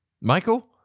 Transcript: Michael